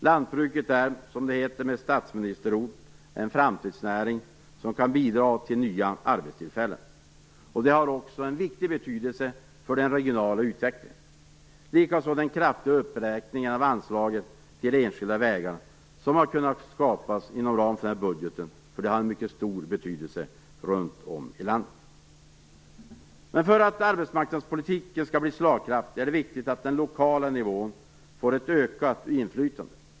Lantbruket är, som det heter med statsministerord, en framtidsnäring som kan bidra till nya arbetstillfällen, och det har också stor betydelse för den regionala utvecklingen. Likaså har den kraftiga uppräkning av anslaget till enskilda vägar som kunnat skapas inom ramen för den här budgeten mycket stor betydelse runt om i landet. För att arbetsmarknadspolitiken skall bli slagkraftig är det viktigt att den lokala nivån får ett ökat inflytande.